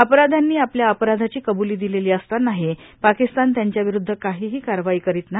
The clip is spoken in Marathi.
अपराध्यांनी आपल्या अपराधाची कब्ली दिलेली असतानाही पाकिस्तान त्यांच्या विरूध्द काहीही कारवाई करीत नाही